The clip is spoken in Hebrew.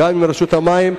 גם מרשות המים,